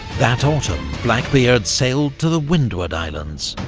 that autumn blackbeard sailed to the windward islands.